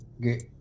get